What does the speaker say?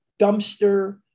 dumpster